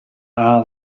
are